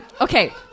okay